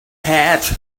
hat